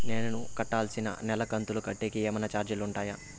నేను కట్టాల్సిన నెల కంతులు కట్టేకి ఏమన్నా చార్జీలు ఉంటాయా?